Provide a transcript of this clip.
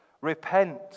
repent